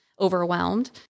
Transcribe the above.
overwhelmed